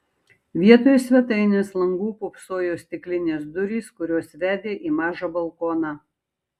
vietoj svetainės langų pūpsojo stiklinės durys kurios vedė į mažą balkoną